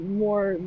more